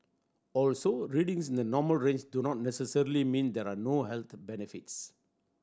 also readings in the normal range do not necessarily mean there are no health benefits